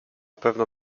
pewno